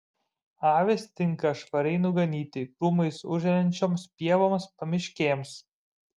avys tinka švariai nuganyti krūmais užželiančioms pievoms pamiškėms